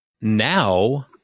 Now